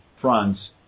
fronts